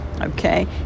okay